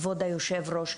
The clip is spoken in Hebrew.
כבוש היושב-ראש,